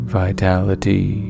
vitality